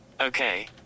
Okay